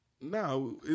No